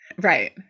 Right